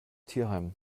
tierheim